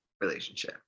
relationship